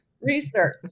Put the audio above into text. research